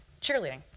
cheerleading